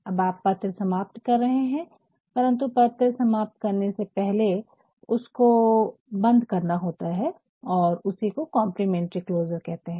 अब आप पत्र समाप्त कर रहे है परन्तु पत्र समाप्त करने से पहले आपको उसे बंद करना होता है और उसी को कम्प्लीमेंटरी क्लोज़र कहते है